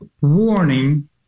warning